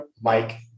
Mike